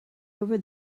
over